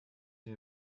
sie